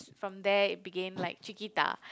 from there it begin like Cheekita